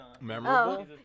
Memorable